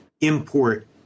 import